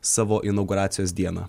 savo inauguracijos dieną